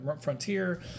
Frontier